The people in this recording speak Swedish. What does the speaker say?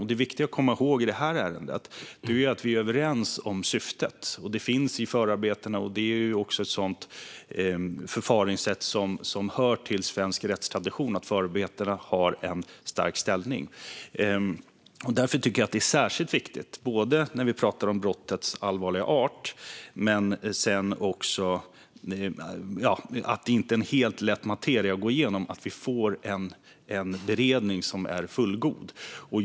Det som är viktigt att komma ihåg i detta ärende är att vi är överens om syftet. Det finns i förarbetena. Det är ett förfaringssätt som hör till svensk rättstradition att förarbetena har en stark ställning. Därför tycker jag att det är särskilt viktigt när vi pratar om brottets allvarliga art - detta är inte är en helt lätt materia att gå igenom - att vi får en beredning som är fullgod.